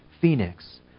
Phoenix